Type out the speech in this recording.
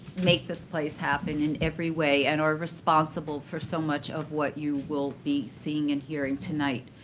make this place happen in every way. and are responsible for so much of what you will be seeing and hearing tonight.